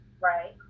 Right